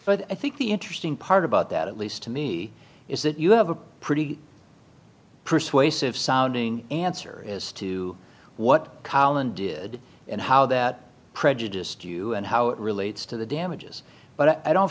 but i think the interesting part about that at least to me is that you have a pretty persuasive sounding answer as to what collin did and how that prejudiced view and how it relates to the damages but i don't